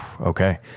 Okay